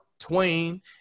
twain